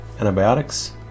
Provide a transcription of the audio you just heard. Antibiotics